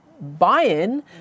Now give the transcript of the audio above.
buy-in